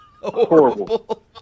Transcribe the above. Horrible